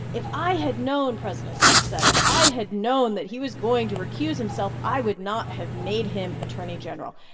if i had known, president trump said, if i had known that he was going to recuse himself, i would not have made him attorney general.